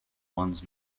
ones